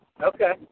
Okay